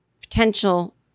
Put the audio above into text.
potential